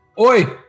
Oi